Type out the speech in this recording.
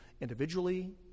individually